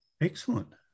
Excellent